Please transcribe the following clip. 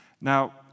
Now